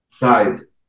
Guys